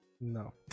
No